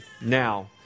Now